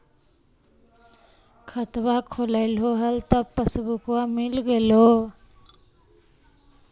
खतवा खोलैलहो तव पसबुकवा मिल गेलो?